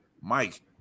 Mike